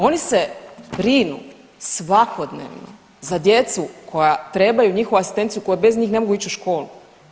Oni se brinu svakodnevno za djecu koja trebaju njihovu asistenciju koja bez njih ne mogu ići u školu.